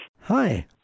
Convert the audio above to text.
Hi